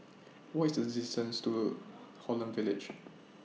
What IS The distance to Holland Village